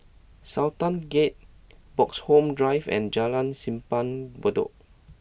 Sultan Gate Bloxhome Drive and Jalan Simpang Bedok